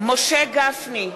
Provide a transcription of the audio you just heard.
משה גפני,